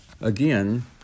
Again